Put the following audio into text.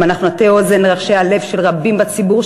אם אנחנו נטה אוזן לרחשי הלב של רבים בציבור,